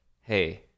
hey